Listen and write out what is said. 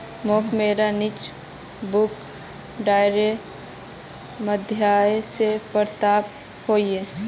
मोक मोर cheque book डाकेर माध्यम से प्राप्त होइए